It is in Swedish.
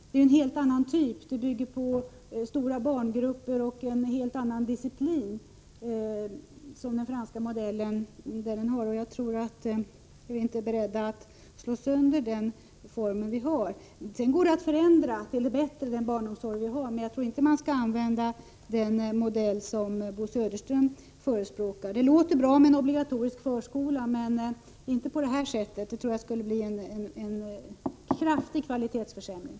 Den franska modellen förutsätter stora barngrupper och en helt annan disciplin. Vi är inte beredda att slå sönder den form som vi har. Det går att förändra vår barnomsorg till det bättre, men jag tror inte att man skall använda den modell som Bo Södersten förespråkar. Det låter bra med en obligatorisk förskola, men inte på detta sätt. Det tror jag skulle innebära en kraftig kvalitetsförsämring.